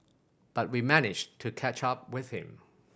but we managed to catch up with him